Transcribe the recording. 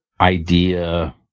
idea